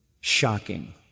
shocking